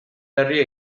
herria